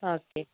okay